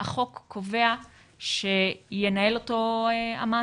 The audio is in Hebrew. החוק קובע שינהל אותו המעסיק.